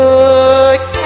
Look